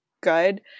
good